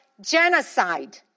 genocide